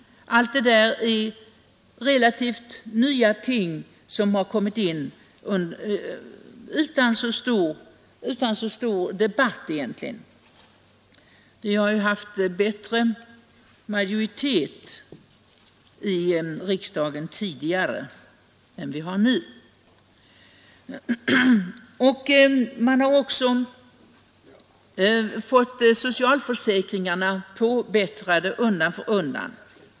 Allt detta är relativt nya ting som har kommit utan att det egentligen varit så stor debatt. Vi har ju haft bättre majoritet i riksdagen tidigare än vi har nu. Man har också fått socialförsäkringarna påbättrade undan för undan.